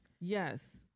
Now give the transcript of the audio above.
yes